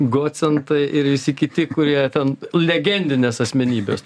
gocentai ir visi kiti kurie ten legendinės asmenybės